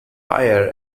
pier